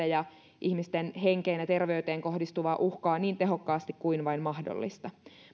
ja ihmisten henkeen ja terveyteen kohdistuvaa uhkaa niin tehokkaasti kuin vain mahdollista